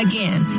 Again